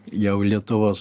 jau lietuvos